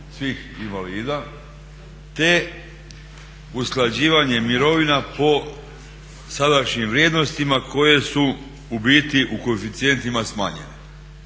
svih invalida, te usklađivanje mirovina po sadašnjim vrijednostima koje su u biti u koeficijentima smanjene.